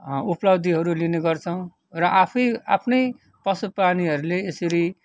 उप्लब्धिहरू लिने गर्छौँ र आफै आफनै पशु प्राणीहरूले यसरी